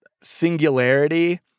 singularity